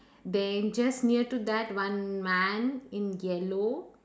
then just near to that one man in yellow